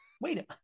wait